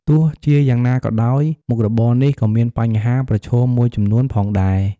ទោះជាយ៉ាងណាក៏ដោយ មុខរបរនេះក៏មានបញ្ហាប្រឈមមួយចំនួនផងដែរ។